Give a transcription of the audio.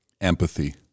Empathy